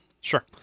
Sure